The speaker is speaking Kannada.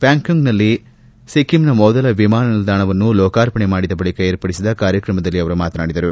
ಪಾಕ್ಲೋಂಗ್ನಲ್ಲಿ ಸಿಕ್ಕಿಂನ ಮೊದಲ ವಿಮಾನ ನಿಲ್ದಾಣವನ್ನು ಲೋಕಾರ್ಪಣೆ ಮಾಡಿದ ಬಳಕ ಏರ್ಪಡಿಸಿದ್ದ ಕಾರ್ಯಕ್ರಮದಲ್ಲಿ ಅವರು ಮಾತನಾಡಿದರು